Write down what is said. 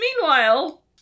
meanwhile